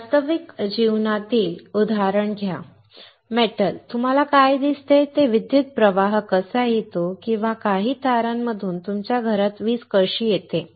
नेहमी वास्तविक जीवनातील उदाहरण घ्या धातू तुम्हाला काय दिसते ते विद्युत प्रवाह कसा येतो किंवा काही तारांमधून तुमच्या घरात वीज कशी येते